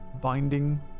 binding